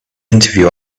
interview